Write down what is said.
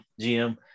GM